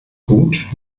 gut